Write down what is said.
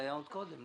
זה היה עוד קודם,